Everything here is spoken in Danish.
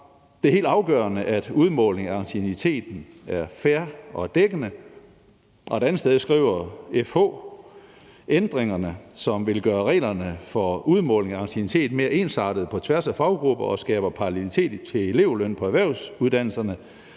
»Det er helt afgørende, at udmåling af ancienniteten er fair og dækkende.« Et andet sted skriver de: »FH støtter de foreslåede ændringer, som vil gøre reglerne for udmåling af anciennitet mere ensartede på tværs af faggrupper og skaber parallelitet til elevløn på erhvervsuddannelserne,